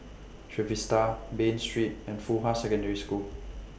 Trevista Bain Street and Fuhua Secondary School